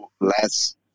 less